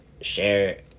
share